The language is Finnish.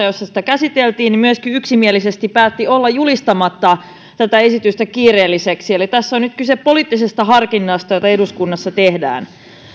jossa sitä käsiteltiin myöskin yksimielisesti päätti olla julistamatta tätä esitystä kiireelliseksi eli tässä on nyt kyse poliittisesta harkinnasta jota eduskunnassa tehdään